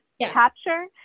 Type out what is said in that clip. capture